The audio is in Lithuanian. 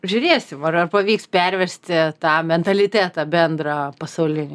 žiūrėsim ar ar pavyks perversti tą mentalitetą bendrą pasaulinį